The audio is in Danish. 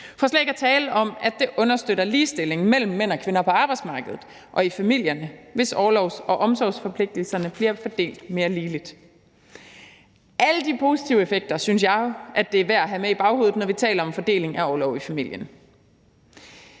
ikke at tale om, at det understøtter ligestillingen mellem mænd og kvinder på arbejdsmarkedet og i familierne, hvis orlovs- og omsorgsforpligtelserne bliver fordelt mere ligeligt. Alle de positive effekter synes jeg jo at det er værd at have med i baghovedet, når vi taler om fordelingen af orlov i familien.